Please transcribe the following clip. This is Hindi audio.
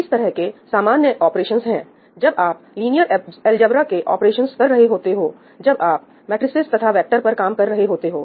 इस तरह के सामान्य ऑपरेशंस है जब आप लिनियर अलजेब्रा के ऑपरेशंस कर रहे होते हो जब आप मैट्रिसेज तथा वेक्टर पर काम कर रहे होते हो